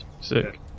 Sick